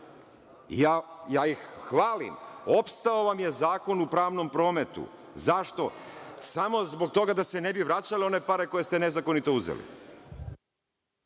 Ja ih hvalim. Opstao vam je zakon u pravnom prometu. Zašto? Samo zbog toga da se ne bi vraćale one pare koje ste nezakonito uzeli.